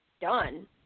done